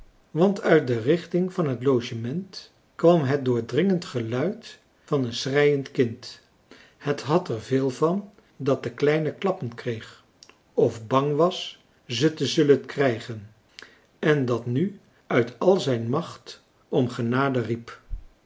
want uit de richting van het logement kwam het doordringend geluid van een schreiend kind het had er veel van dat de kleine klappen kreeg of bang françois haverschmidt familie en kennissen was ze te zullen krijgen en dat nu uit al zijn macht om genade riep